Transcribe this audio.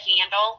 handle